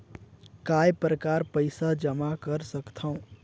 काय प्रकार पईसा जमा कर सकथव?